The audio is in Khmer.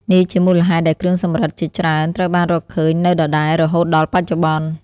នេះជាមូលហេតុដែលគ្រឿងសំរឹទ្ធិជាច្រើនត្រូវបានរកឃើញនៅដដែលរហូតដល់បច្ចុប្បន្ន។